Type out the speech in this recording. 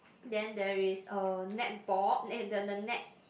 then there is a netball eh the the the net